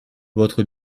votre